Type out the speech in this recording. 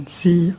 see